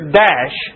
dash